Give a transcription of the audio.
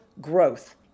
growth